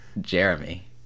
Jeremy